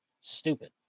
stupid